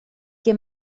que